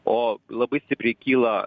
o labai stipriai kyla